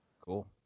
Cool